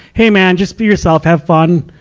hey, man. just be yourself. have fun.